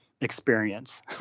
experience